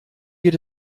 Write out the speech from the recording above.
geht